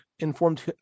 Informed